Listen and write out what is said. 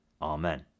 Amen